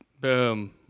Boom